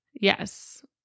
Yes